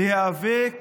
להיאבק